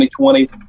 2020